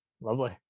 Lovely